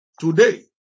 today